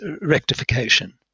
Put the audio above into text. rectification